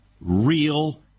real